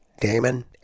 Damon